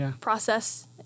process